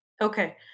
okay